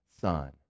Son